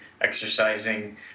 exercising